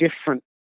different